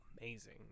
amazing